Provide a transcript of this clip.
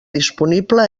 disponible